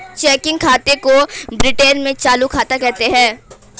checking खाते को Britain में चालू खाता कहते हैं